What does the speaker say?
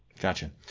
gotcha